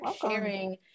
sharing